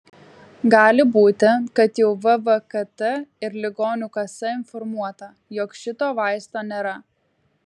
gali būti kad jau vvkt ir ligonių kasa informuota jog šito vaisto nėra